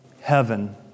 heaven